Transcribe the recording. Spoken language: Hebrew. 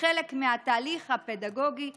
כחלק מהתהליך הפדגוגי,